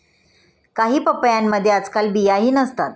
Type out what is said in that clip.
काही पपयांमध्ये आजकाल बियाही नसतात